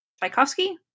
Tchaikovsky